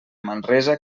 manresa